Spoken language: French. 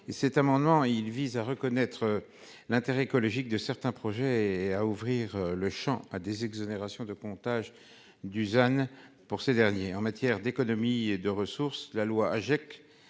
cet amendement il vise à reconnaître. L'intérêt écologique de certains projets et à ouvrir le Champ à des exonérations de comptage. Dusan pour ces derniers, en matière d'économie et de ressources. La loi